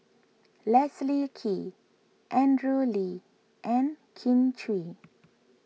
Leslie Kee Andrew Lee and Kin Chui